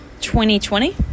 2020